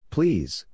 Please